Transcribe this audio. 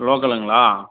லோக்கலுங்களா